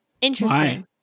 interesting